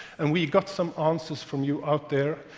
and we got some answers from you out there,